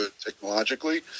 technologically